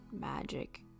magic